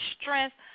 strength